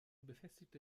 befestigte